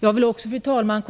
Jag vill också, fru talman,